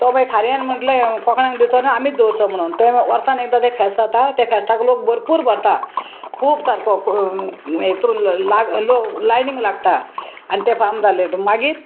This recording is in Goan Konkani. तो मागीर खार्यान म्हटलें कोंकण्याक दिवचो ना आमीच दवरचो म्हणून तें वर्सान एकदां तें फेस जाता तें फेस्ताक लोक भरपूर भरता खूब सारको हेतून लोक लायनींग लागता आनी तें फाम जालें मागीर